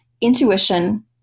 intuition